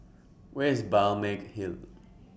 Where IS Balmeg Hill